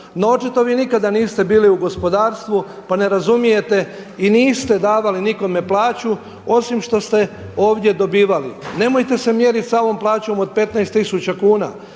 očito vi nikada niste bili u gospodarstvu pa ne razumijete i niste davali nikome plaću osim što ste ovdje dobivali. Nemojte se mjeriti sa ovom plaćom od 15 tisuća